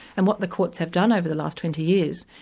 and what the courts have done over the last twenty years,